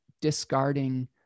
discarding